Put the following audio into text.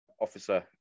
officer